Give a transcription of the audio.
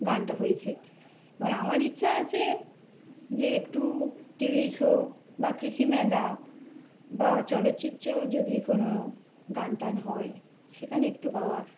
গানটা হয়েছে এবার আমার ইচ্ছা আছে যে একটু টিভি শো বা কৃষি মেলা বা চলচ্চিত্রর যদি কোনও গান টান হয় সেখানে একটু গাওয়ার